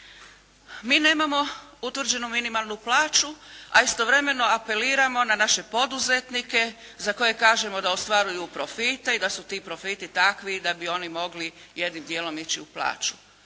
Mi nemamo utvrđenu minimalnu plaću, a istovremeno apeliramo na naše poduzetnike za koje kažemo da ostvaruju profite i da su ti profiti takvi da bi oni mogli jednim dijelom ići u plaću.